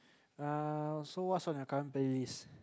uh so what's on your current playlist